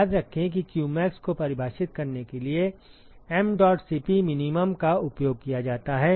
याद रखें कि qmax को परिभाषित करने के लिए mdot Cp min का उपयोग किया जाता है